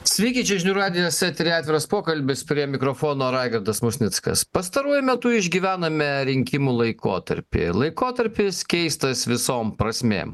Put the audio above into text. sveiki čia žinių radijas eteryje atviras pokalbis prie mikrofono raigardas musnickas pastaruoju metu išgyvename rinkimų laikotarpį laikotarpis keistas visom prasmėm